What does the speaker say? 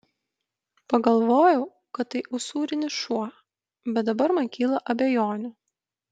pagalvojau kad tai usūrinis šuo bet dabar man kyla abejonių